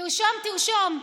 תרשום, תרשום: